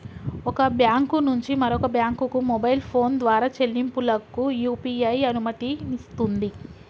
ఒక బ్యాంకు నుంచి మరొక బ్యాంకుకు మొబైల్ ఫోన్ ద్వారా చెల్లింపులకు యూ.పీ.ఐ అనుమతినిస్తుంది